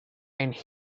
and